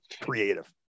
creative